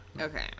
Okay